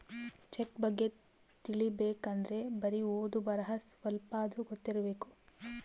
check ಬಗ್ಗೆ ತಿಲಿಬೇಕ್ ಅಂದ್ರೆ ಬರಿ ಓದು ಬರಹ ಸ್ವಲ್ಪಾದ್ರೂ ಗೊತ್ತಿರಬೇಕು